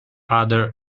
others